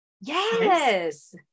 Yes